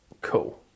cool